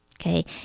Okay